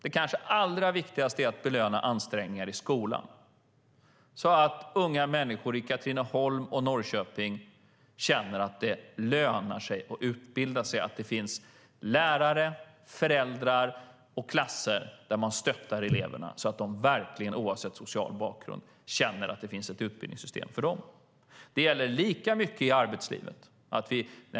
Det kanske allra viktigaste är att belöna ansträngningar i skolan så att unga människor i Katrineholm och Norrköping känner att det lönar sig att utbilda sig och att det finns lärare, föräldrar och klasser där eleverna stöttas så att de oavsett social bakgrund känner att det finns ett utbildningssystem för dem. Detta gäller lika mycket i arbetslivet.